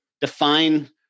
define